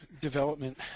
development